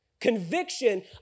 Conviction